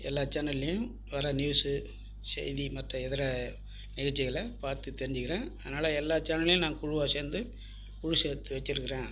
எல்லா சேனல்லையும் வர நியூஸ்ஸு செய்தி மற்ற இதர நிகழ்ச்சிகளை பார்த்து தெரிஞ்சிக்கிறேன் அதனால் எல்லா சேனல்லையும் நான் குழுவாக சேர்ந்து குழு சேர்த்து வச்சுருக்குறேன்